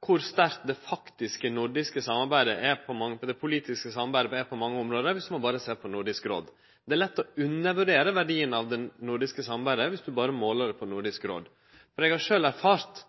kor sterkt det faktiske nordiske politiske samarbeidet er på mange område dersom ein berre ser på Nordisk råd. Det er lett å undervurdere verdien av det nordiske samarbeidet dersom ein berre måler det på Nordisk råd, for eg har sjølv erfart